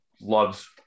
loves